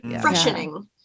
Freshening